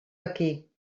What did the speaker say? aquí